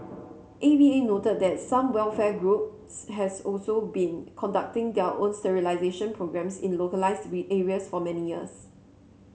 A V A noted that some welfare groups has also been conducting their own sterilisation programmes in localised areas for many years